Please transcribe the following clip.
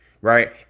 right